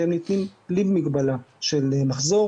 שהם ניתנים בלי מגבלה של מחזור,